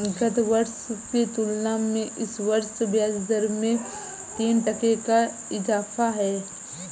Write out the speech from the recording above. गत वर्ष की तुलना में इस वर्ष ब्याजदर में तीन टके का इजाफा है